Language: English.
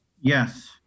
Yes